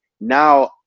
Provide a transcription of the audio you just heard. now